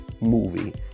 movie